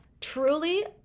truly